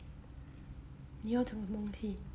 你要讲什么东西